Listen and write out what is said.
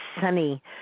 sunny